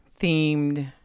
themed